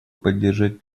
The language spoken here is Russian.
поддержать